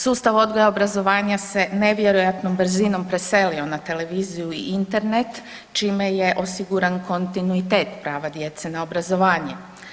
Sustav odgoja i obrazovanja se nevjerojatnom brzinom preselio na televiziju i internet, čime je osiguran kontinuitet prava djece na obrazovanje.